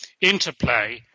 interplay